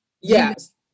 Yes